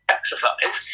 exercise